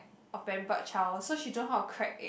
a pampered child so she don't how to crack it